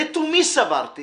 לתומי סברתי